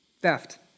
Theft